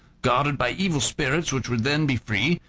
guarded by evil spirits, which would then be free,